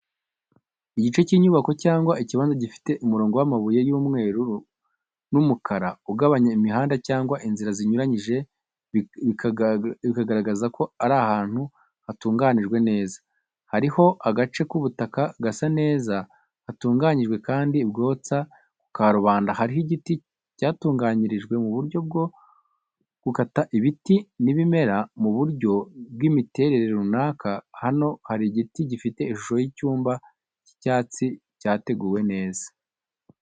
Igice cy’inyubako cyangwa ikibanza gifite umurongo w’amabuye y’umweru n’umukara ugabanya imihanda cyangwa inzira zinyuranyije bikagaragaza ko ari ahantu hatunganijwe neza. Hariho agace k’ubutaka gasa neza butunganyijwe kandi bwotsa ku karubanda, hariho igiti cyatunganyijwe mu buryo bwo gukata ibiti n’ibimera mu buryo bw’imiterere runaka, hano hari igiti gifite ishusho y’icyumba cy’ibyatsi cyateguwe neza.